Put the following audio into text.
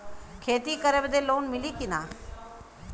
खेती करे बदे लोन मिली कि ना?